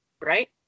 right